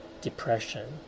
depression